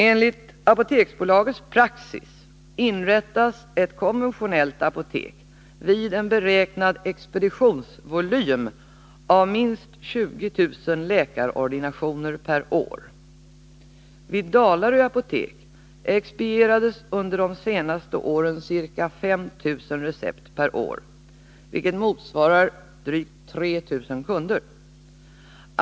Enligt Apoteksbolagets praxis inrättas ett konventionellt apotek vid en beräknad expeditionsvolym av minst 20 000 läkarordinationer per år. Vid Dalarö apotek expedierades under de senaste åren ca 5 000 recept per år, vilket motsvarar drygt 3000 kunder.